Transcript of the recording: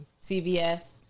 CVS